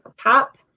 top